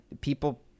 People